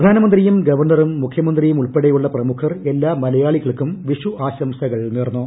പ്രധാനമിന്തീയും ഗവർണറും മുഖ്യമന്ത്രിയുമുൾപ്പെടെയുള്ള പ്രിമുഖ്ർ എല്ലാ മലയാളികൾക്കും വിഷു ആശംസകൾ ്നേർന്നു